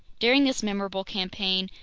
during this memorable campaign,